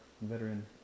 veteran